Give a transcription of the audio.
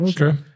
Okay